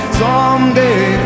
someday